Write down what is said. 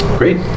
great